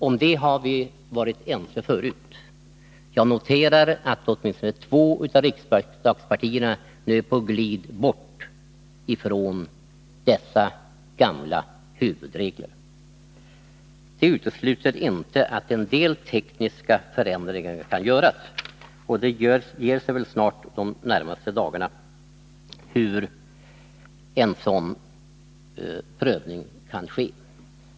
Om det har vi varit ense förut. Jag noterar att åtminstone två av riksdagspartierna nu är på glid bort från dessa gamla huvudregler. Det utesluter inte att en del tekniska förändringar kan göras, och det ger sig väl de närmaste dagarna hur en sådan prövning kan ske.